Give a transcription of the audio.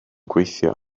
gweithio